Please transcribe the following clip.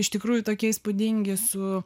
iš tikrųjų tokie įspūdingi su